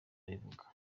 abivuga